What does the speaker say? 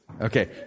Okay